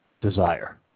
desire